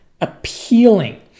appealing